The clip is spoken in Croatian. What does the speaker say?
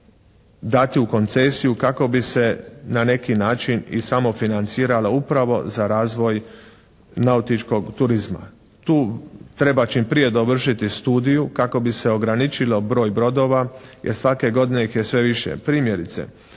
dati u koncesiju kako bi se na neki način i samo financirala upravo za razvoj nautičkog turizma. Tu treba čim prije dovršiti studiju kako bi se ograničilo broj brodova jer svake godine ih je sve više. Primjerice,